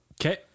Okay